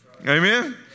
Amen